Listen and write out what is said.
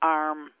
arm